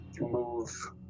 move